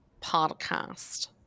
podcast